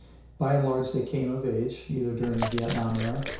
by and large, they came of age, either during the vietnam era,